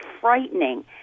frightening